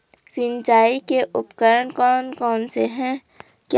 सिंचाई के उपकरण कौन कौन से हैं?